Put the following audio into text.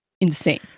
insane